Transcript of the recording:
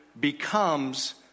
becomes